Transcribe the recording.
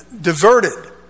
diverted